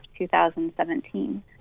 2017